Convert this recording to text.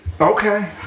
Okay